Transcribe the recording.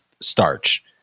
starch